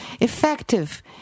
effective